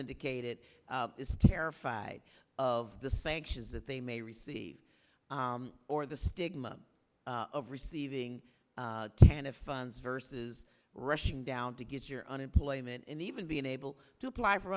indicated is terrified of the sanctions that they may receive or the stigma of receiving ten of funds versus rushing down to get your unemployment and even being able to